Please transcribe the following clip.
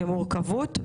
כמורכבות,